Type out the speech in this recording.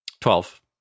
Twelve